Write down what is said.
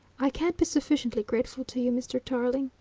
i can't be sufficiently grateful to you, mr. tarling,